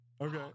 Okay